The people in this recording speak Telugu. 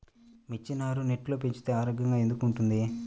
మిర్చి నారు నెట్లో పెంచితే ఆరోగ్యంగా ఎందుకు ఉంటుంది?